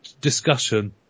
discussion